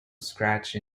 scratch